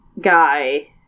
guy